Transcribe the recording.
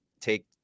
take